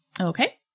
Okay